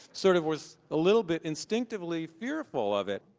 sort of was a little bit instinctively fearful of it.